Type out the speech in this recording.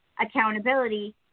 accountability